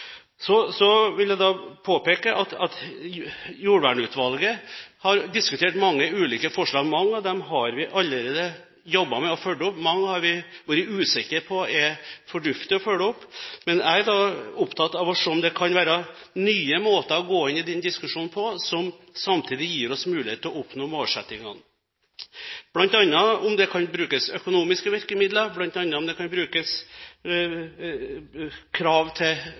Så vil jeg påpeke at jordvernutvalget har diskutert mange ulike forslag. Mange av dem har vi allerede jobbet med og fulgt opp. Mange har vi vært usikre på om er fornuftig å følge opp. Men jeg er opptatt av å se på om det kan være nye måter å gå inn i den diskusjonen på som samtidig gir oss mulighet til å oppnå målsettingene, bl.a. om det kan brukes økonomiske virkemidler, bl.a. om det kan stilles krav til nydyrking i forbindelse med slike forslag. Det får vi komme tilbake til